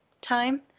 time